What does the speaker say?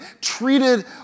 treated